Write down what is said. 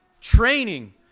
training